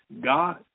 God